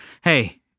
hey